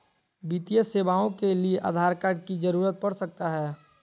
वित्तीय सेवाओं के लिए आधार कार्ड की जरूरत पड़ सकता है?